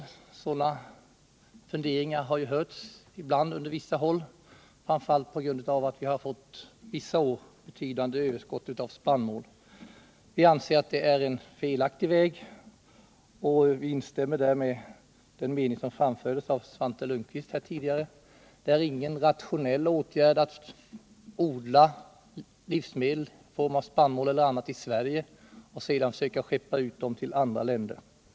Uttryck för sådana funderingar har hörts ibland från vissa håll — framför allt på grund av att vi vissa år fått betydande överskott av spannmål. Vi anser att det är en felaktig väg och instämmer däri den mening som framförts av Svante Lundkvist. Det är inte rationellt att odla livsmedel i form av spannmål och annat i Sverige och sedan försöka skeppa ut det till andra länder.